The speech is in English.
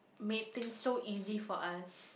made thing so easy for us